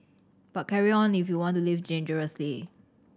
but carry on if you want to live dangerously